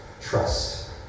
trust